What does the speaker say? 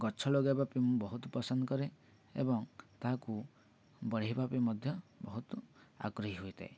ଗଛ ଲଗାଇବା ପାଇଁ ମୁଁ ବହୁତ ପସନ୍ଦ କରେ ଏବଂ ତାହାକୁ ବଢ଼ାଇବା ପାଇଁ ମଧ୍ୟ ବହୁତ ଆଗ୍ରହୀ ହୋଇଥାଏ